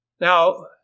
Now